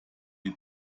die